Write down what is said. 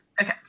Okay